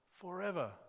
forever